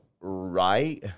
right